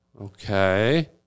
Okay